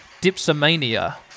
dipsomania